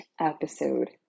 episode